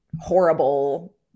horrible